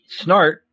Snart